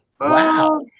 Wow